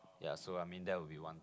ya so I mean that will be one